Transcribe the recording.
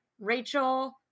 Rachel